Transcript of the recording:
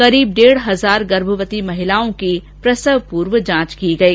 करीब डेढ हजार गर्भवती महिलाओं की प्रसव पूर्व जांच की गई